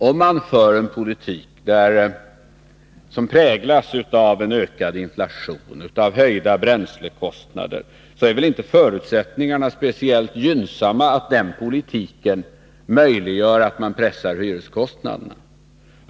Om man för en politik som präglas av en ökad inflation och av höjda bränslekostnader, är inte förutsättningarna speciellt gynnsamma att den politiken gör det möjligt att pressa hyreskostnaderna.